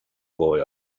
boy